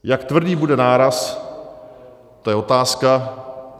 Jak tvrdý bude náraz, to je otázka.